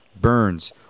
Burns